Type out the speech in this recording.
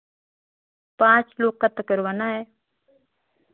पाँच लोग का तो करवाना है